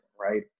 right